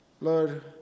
Lord